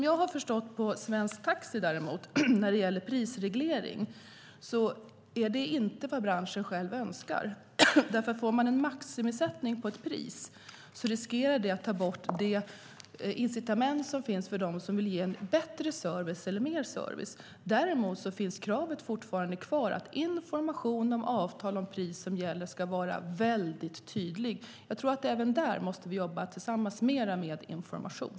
Jag har förstått från svensk taxi att branschen själv inte önskar en prisreglering. Får man en maximisättning i fråga om pris riskerar det att ta bort de incitament som finns för dem som vill ge mer eller bättre service. Däremot finns det fortfarande krav på att information om avtal och pris som gäller ska vara mycket tydlig. Även där måste vi tillsammans jobba mer med information.